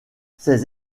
ses